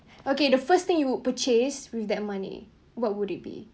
okay the first thing you would purchase with that money what would it be